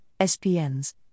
SPNs